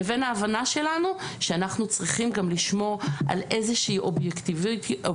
לבין ההבנה שלנו שאנחנו צריכים גם לשמור על איזושהי אובייקטיביות,